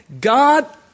God